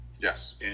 Yes